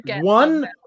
one